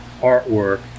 Artwork